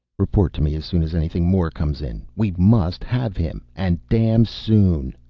report to me as soon as anything more comes in. we must have him and damn soon.